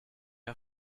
are